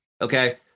Okay